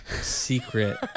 secret